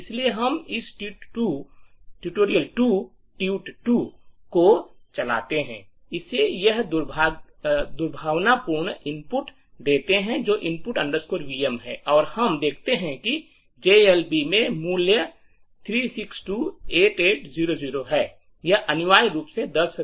इसलिए हम इस tut2 को चलाते हैं इसे यह दुर्भावनापूर्ण इनपुट देते हैं जो input vm है और हम देखते हैं कि जीएलबी में मूल्य 3628800 है यह अनिवार्य रूप से 10